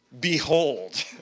Behold